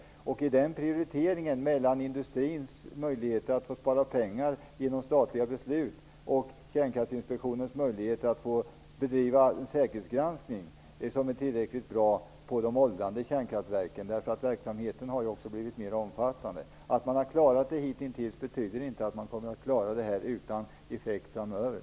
Det är fråga om en prioritering mellan industrins möjligheter att spara pengar genom statliga beslut och Kärnkraftinspektionens möjligheter att bedriva säkerhetsgranskning, som är tillräckligt bra på de åldrande kärnkraftverken - verksamheten har ju också blivit mer omfattande. Man har hitintills klarat det bra, men det betyder inte att man kommer att klara det utan effekt framöver.